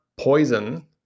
poison